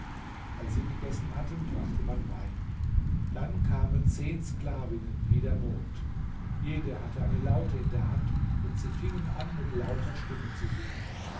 als sie gegessen hatten brachte man wein dann kamen zehn sklavinnen wie der mond jede hatte eine laute in der hand und sie fingen an mit lauter stimme zu singen